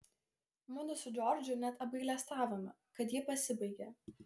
mudu su džordžu net apgailestavome kad ji pasibaigė